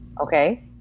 Okay